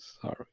Sorry